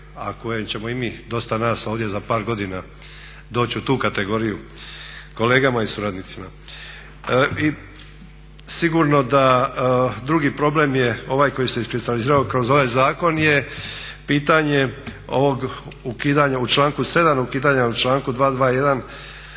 a koje ćemo i mi dosta nas ovdje za par godina doći u tu kategoriju kolega i suradnika. I sigurno da drugi problem je ovaj koji se iskristalizirao kroz ovaj zakon pitanje ovog ukidanja u članku 7., ukidanja u članku 221.